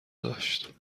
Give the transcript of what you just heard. داشت